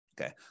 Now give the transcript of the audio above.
Okay